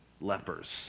lepers